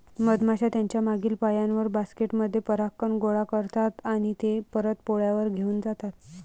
मधमाश्या त्यांच्या मागील पायांवर, बास्केट मध्ये परागकण गोळा करतात आणि ते परत पोळ्यावर घेऊन जातात